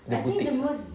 the boutiques ah